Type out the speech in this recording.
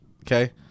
Okay